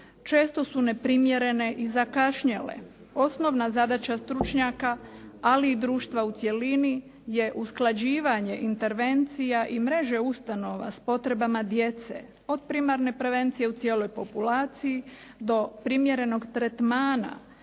često su neprimjerene i zakašnjele. Osnovna zadaća stručnjaka, ali i društva u cjelini je usklađivanje intervencija i mreže ustanova s potrebama djece od primarne prevencije u cijeloj populaciji do primjerenog tretmana